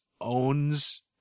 owns